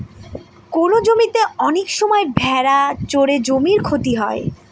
কোনো জমিতে অনেক সময় ভেড়া চড়ে জমির ক্ষতি হয়